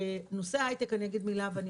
בנושא ההיי-טק אני אגיד מילה ואני